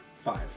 Five